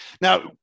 now